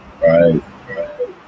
Right